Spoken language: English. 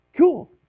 Cool